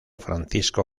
francisco